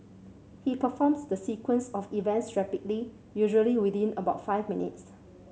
he performs the sequence of events rapidly usually within about five minutes